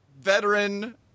veteran